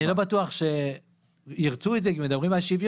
אני לא בטוח שירצו את זה כי מדברים על שוויון,